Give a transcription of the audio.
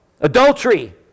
Adultery